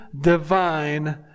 divine